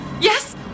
Yes